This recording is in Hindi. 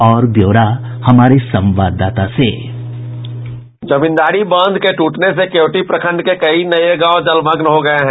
और ब्यौरा हमारे संवाददाता से साउंड बाईट जमींदारी बांध के टूटने से केवटी प्रखंड के कई नये गांव जलमग्न हो गये हैं